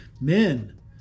men